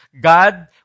God